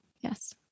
Yes